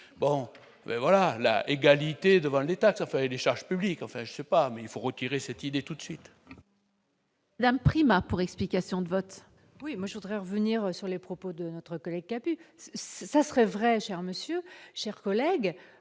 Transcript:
bon ben voilà la égalité devant les taxes et les charges publiques, enfin je sais pas mais il faut retirer cette idée tout de suite. La Prima pour explication de vote oui moi je voudrais revenir sur les propos de notre. RECAP ça serait vrai cher Monsieur chers collègues